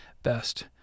best